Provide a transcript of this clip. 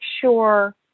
sure